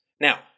Now